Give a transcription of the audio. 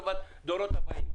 לטובת הדורות הבאים.